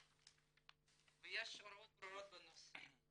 ויש הוראות ברורות בנושא.